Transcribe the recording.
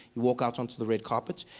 you walk out onto the red carpet,